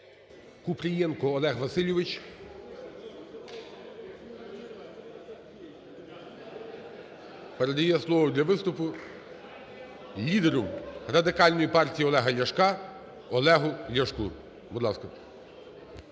Купрієнко Олег Васильович, передає слово для виступу лідеру Радикальної партії Олега Ляшка Олегу Ляшку.